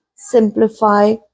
Simplify